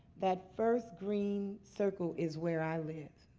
that first green circle is where i live.